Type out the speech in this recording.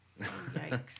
yikes